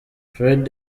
fred